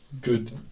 good